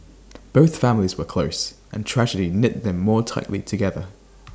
both families were close and tragedy knit them more tightly together